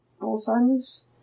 Alzheimer's